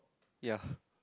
ya